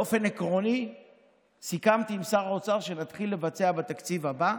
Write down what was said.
באופן עקרוני עם שר האוצר שנתחיל לבצע בתקציב הבא,